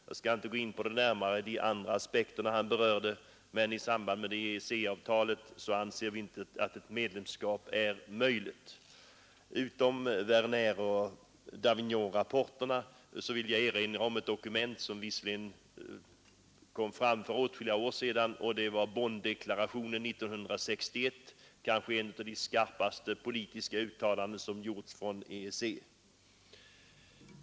Jag skall inte närmare gå in på de andra aspekter han i utrikespolitiskt avseende berörde, men vi anser alltså inte att ett medlemskap är möjligt. Utom Werneroch Davignonrapporterna vill jag erinra om ett dokument, som visserligen kom fram för åtskilliga år sedan, nämligen Bonndeklarationen 1961, kanske ett av de skarpaste politiska uttalanden som gjorts från EEC.